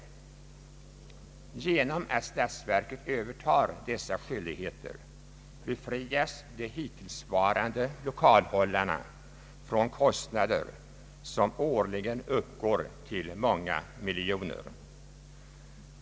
Genom att statsverket övertar dessa skyldigheter befrias de hittillsvarande lokalhållarna från kostnader som årligen uppgår till många miljoner.